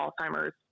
Alzheimer's